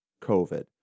COVID